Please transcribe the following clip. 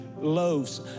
loaves